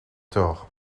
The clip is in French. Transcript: tort